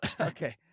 okay